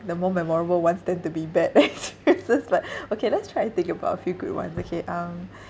the more memorable ones tend to be bad it feels just like okay let's try to think about a few good ones okay um